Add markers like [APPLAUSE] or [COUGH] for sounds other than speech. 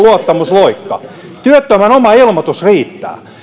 [UNINTELLIGIBLE] luottamusloikan työttömän oma ilmoitus riittää